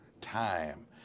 time